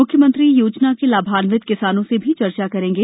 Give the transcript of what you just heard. मुख्यमंत्री योजना के लाभान्वित किसानों से चर्चा भी करेंगे